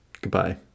goodbye